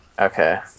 Okay